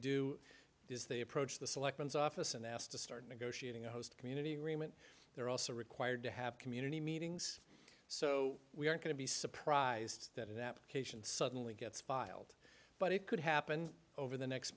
do is they approach the selections office and asked to start negotiating a host community agreement there also required to have community meetings so we are going to be surprised that an application suddenly gets filed but it could happen over the next